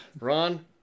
Ron